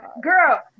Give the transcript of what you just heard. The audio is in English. Girl